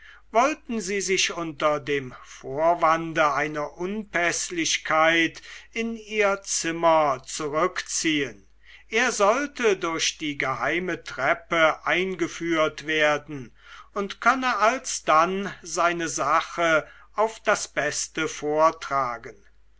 wollten sie sich unter dem vorwande einer unpäßlichkeit in ihr zimmer zurückziehen er sollte durch die geheime treppe eingeführt werden und könne alsdann seine sache auf das beste vortragen